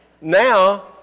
Now